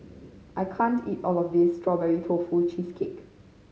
I can't eat all of this Strawberry Tofu Cheesecake